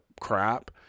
crap